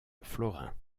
florins